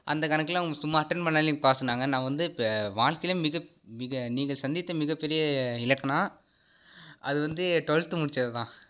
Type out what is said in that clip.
அந்த கணக்கில் அவங்க சும்மா அட்டன் பண்ணிணாலே பாஸூன்னாங்க நாங்கள் வந்து பெ வாழ்க்கையிலே மிக மிக நீங்கள் சந்தித்த மிகப்பெரிய இலக்குன்னால் அது வந்து டுவல்த்து முடித்ததுதான்